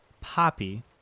poppy